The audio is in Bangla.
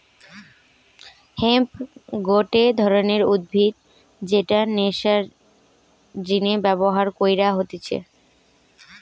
হেম্প গটে ধরণের উদ্ভিদ যেটা নেশার জিনে ব্যবহার কইরা হতিছে